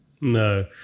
no